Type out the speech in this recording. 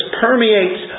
permeates